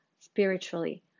spiritually